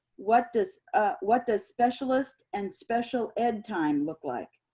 what does what does specialist and special ed time look like?